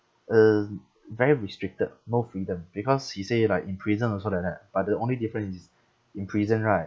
uh very restricted no freedom because he say like in prison also like that but the only difference is in prison right